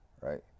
right